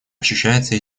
ощущается